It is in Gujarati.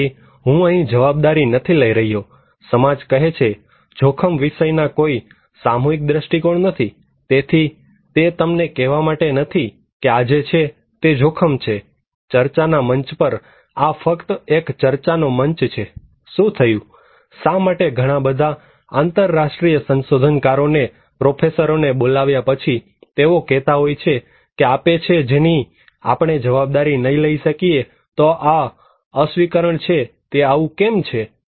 તેથી હું અહીં જવાબદારી નથી લઈ રહ્યો સમાજ કહે છે જોખમ વિષયના કોઈ સામૂહિક દ્રષ્ટિકોણ નથી તેથી તે તમને કહેવા માટે નથી કે આજે છે તે જોખમ છે ચર્ચાના મંચ પર આ ફક્ત એક ચર્ચાનો મંચ છે શું થયું શા માટે ઘણા બધા આંતરરાષ્ટ્રીય સંશોધનકારો ને પ્રોફેસરોને બોલાવ્યા પછી તેઓ કહેતા હોય છે કે આપે છે જેની આપણે જવાબદારી નહીં લઈ શકીએ તો આ અસ્વીકરણ છે તે આવું કેમ છે